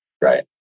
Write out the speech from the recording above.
right